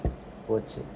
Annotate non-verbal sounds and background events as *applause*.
*noise* போச்சு:pochi